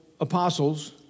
apostles